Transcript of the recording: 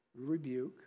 rebuke